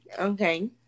Okay